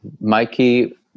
Mikey